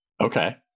Okay